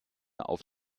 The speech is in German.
auf